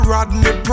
Rodney